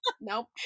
Nope